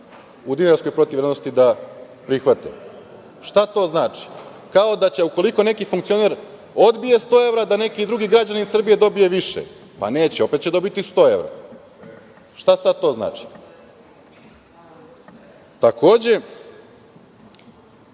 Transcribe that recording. u dinarskoj protivvrednosti da prihvate. Šta to znači? Kao da će, ukoliko neki funkcioner odbije 100 evra, da neki drugi građanin Srbije dobije više? Neće. Opet će dobiti 100 evra. Šta sad to znači? Mi